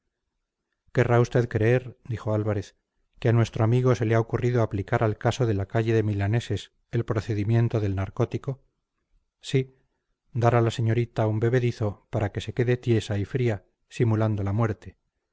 querrá usted creer dijo álvarez que a nuestro amigo se le ha ocurrido aplicar al caso de la calle de milaneses el procedimiento del narcótico sí dar a la señorita un bebedizo para que se quede tiesa y fría simulando la muerte